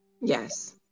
Yes